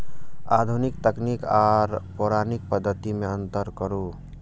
आधुनिक तकनीक आर पौराणिक पद्धति में अंतर करू?